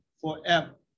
forever